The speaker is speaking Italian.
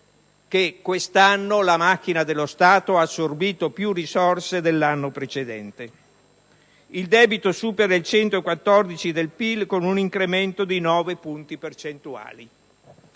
che quest'anno la macchina dello Stato ha assorbito più risorse dell'anno precedente. Il debito supera il 114 del PIL, con un incremento di nove punti percentuali.